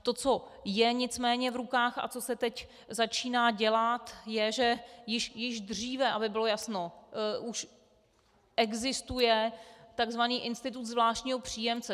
To, co je nicméně v rukách a co se teď začíná dělat, je, že již dříve, aby bylo jasno, už existuje tzv. institut zvláštního příjemce.